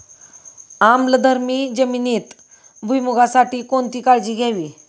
आम्लधर्मी जमिनीत भुईमूगासाठी कोणती काळजी घ्यावी?